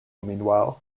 meanwhile